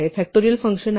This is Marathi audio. फॅक्टोरियल फंक्शन आहे